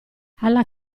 alla